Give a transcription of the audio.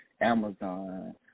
Amazon